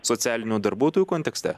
socialinių darbuotojų kontekste